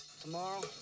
tomorrow